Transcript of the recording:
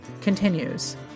continues